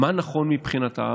מה נכון מבחינתה.